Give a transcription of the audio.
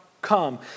Come